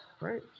Right